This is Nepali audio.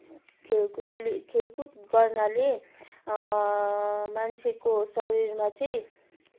खेलकुदले खेलकुद गर्नाले मान्छेको शरीरमा चाहिँ